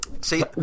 See